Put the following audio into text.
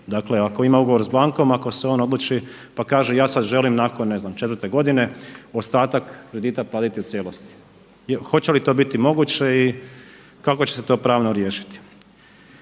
dakle ako ima ugovor s bankom ako se on odluči pa kaže ja sada želim nakon četvrte godine ostatak kredita platiti u cijelosti, hoće li to biti moguće i kako će se to pravno riješiti?